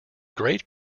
great